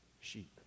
sheep